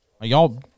y'all